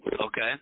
Okay